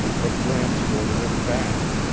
but gramps ordered him back.